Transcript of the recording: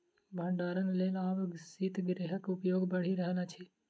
भंडारणक लेल आब शीतगृहक उपयोग बढ़ि रहल अछि